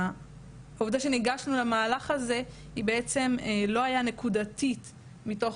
העובדה שניגשנו למהלך הזה היא בעצם לא נקודתית מתוך